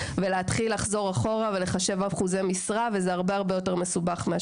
להתחיל לחזור אחורה ולחשב אחוזי משרה; זה הרבה יותר מסובך.